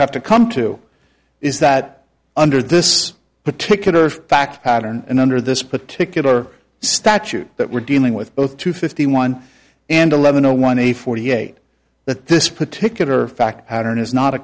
have to come to is that under this particular fact pattern and under this particular statute that we're dealing with both two fifty one and eleven zero one a forty eight that this particular fact outearn is not a